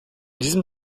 diesem